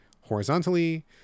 Horizontally